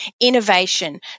innovation